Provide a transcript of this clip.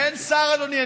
אין שר, אדוני.